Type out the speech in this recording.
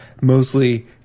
mostly